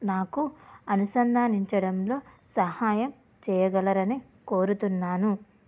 నాకు అనుసంధానించడంలో సహాయం చేయగలరని కోరుతున్నాను